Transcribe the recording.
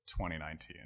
2019